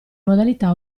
modalità